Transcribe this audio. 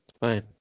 fine